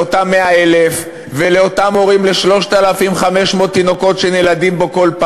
לאותם 100,000 ולאותם הורים ל-3,500 תינוקות שנולדים פה כל שנה: